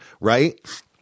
right